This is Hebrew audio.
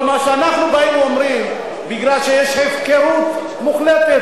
כל מה שאנחנו באים ואומרים זה בגלל ההפקרות המוחלטת,